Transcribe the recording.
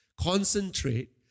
Concentrate